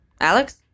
Alex